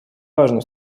важным